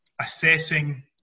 assessing